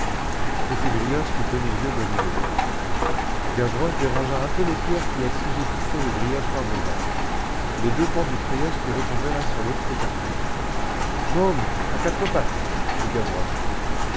c'est ce grillage qui tenait lieu de rideaux gavroche dérangea un peu les pierres qui assujettissaient le grillage par devant les deux pans du treillage qui retombaient l'un sur l'autre s'écartèrent mômes à quatre pattes dit gavroche